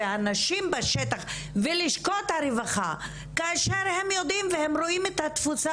הנשים בשטח ולשכות הרווחה כאשר הם יודעים על התפוסה